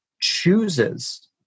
chooses